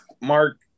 Mark